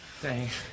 Thanks